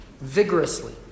vigorously